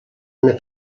una